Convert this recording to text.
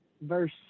verse